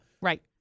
Right